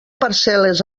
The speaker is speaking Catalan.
parcel·les